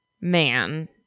man